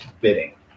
bidding